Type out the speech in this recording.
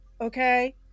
okay